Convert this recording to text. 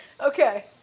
Okay